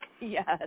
Yes